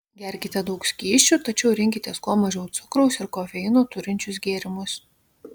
gerkite daug skysčių tačiau rinkitės kuo mažiau cukraus ir kofeino turinčius gėrimus